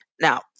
Now